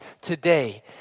today